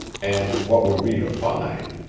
and what were we to find?